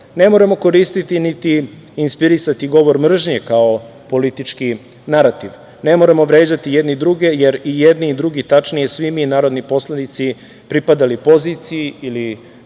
moramo koristiti, niti inspirisati govor mržnje kao politički narativ. Ne moramo vređati jedni druge, jer i jedni i drugi, tačnije svi mi narodni poslanici, pripadali poziciji ili